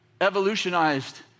evolutionized